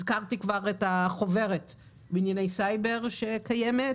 הזכרתי כבר את החוברת בענייני סייבר, שקיימת,